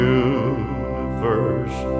universe